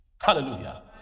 Hallelujah